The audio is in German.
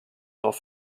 auf